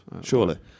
surely